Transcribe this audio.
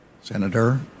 Senator